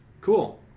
Cool